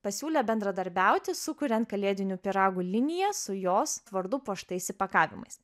pasiūlė bendradarbiauti sukuriant kalėdinių pyragų liniją su jos vardu puoštais įpakavimais